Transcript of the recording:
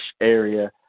area